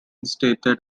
stated